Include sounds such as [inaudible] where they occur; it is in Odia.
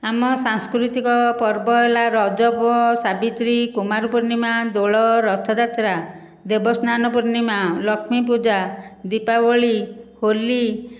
ଆମ ସାଂସ୍କୃତିକ ପର୍ବ ହେଲା ରଜ [unintelligible] ସାବିତ୍ରୀ କୁମାର ପୂର୍ଣ୍ଣିମା ଦୋଳ ରଥଯାତ୍ରା ଦେବସ୍ନାନ ପୂର୍ଣ୍ଣିମା ଲକ୍ଷ୍ମୀ ପୂଜା ଦୀପାବଳି ହୋଲି